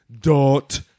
dot